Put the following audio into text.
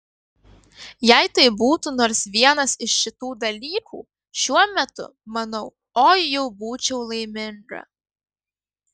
jei tai būtų nors vienas iš šitų dalykų šiuo metu manau oi jau būčiau laiminga